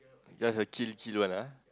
just a chill chill one ah